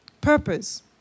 Purpose